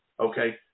Okay